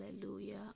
Hallelujah